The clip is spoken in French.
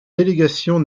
délégation